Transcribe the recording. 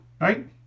right